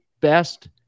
best